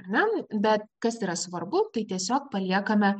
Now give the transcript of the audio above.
ar ne bet kas yra svarbu tai tiesiog paliekame